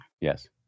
Yes